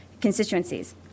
constituencies